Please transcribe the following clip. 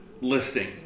listing